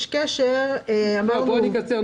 בואי נקצר,